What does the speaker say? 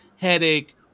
headache